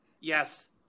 Yes